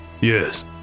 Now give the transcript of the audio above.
Yes